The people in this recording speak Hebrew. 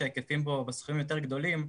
שההיקפים בו בסכומים יותר גדולים,